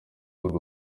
urwo